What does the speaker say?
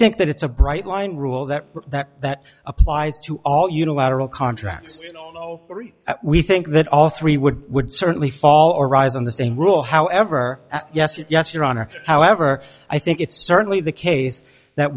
think that it's a bright line rule that that that applies to all unilateral contracts we think that all three would would certainly fall or rise on the same rule however yes yes your honor however i think it's certainly the case that